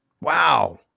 Wow